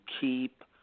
keep